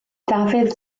dafydd